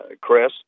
Chris